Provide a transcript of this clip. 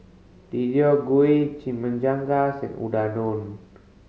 Deodeok Gui Chimichangas and Unadon